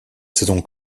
saison